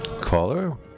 caller